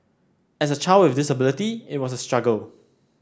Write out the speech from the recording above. as a child with disability it was a struggle